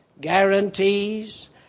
guarantees